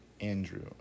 Andrew